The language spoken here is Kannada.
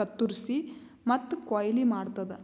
ಕತ್ತುರಸಿ ಮತ್ತ ಕೊಯ್ಲಿ ಮಾಡ್ತುದ